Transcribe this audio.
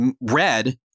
Red